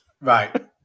Right